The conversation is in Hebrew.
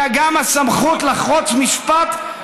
"אלא גם הסמכות לחרוץ משפט,